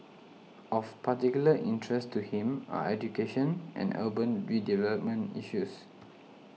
of particular interest to him are education and urban redevelopment issues